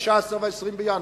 ב-19 20 בינואר,